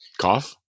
Cough